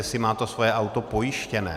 Jestli má to svoje auto pojištěné.